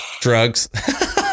drugs